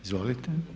Izvolite.